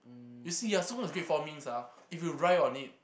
you see ah you're supposed to great four means you ride on it